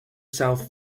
south